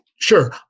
Sure